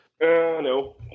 no